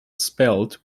spelt